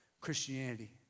Christianity